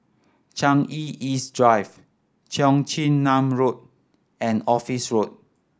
Changi East Drive Cheong Chin Nam Road and Office Road